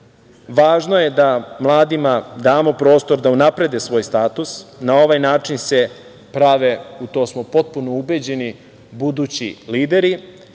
važno je da mladima damo prostor da unaprede svoj status i na ovaj način se prave, u to smo potpuno ubeđeni, budući lideri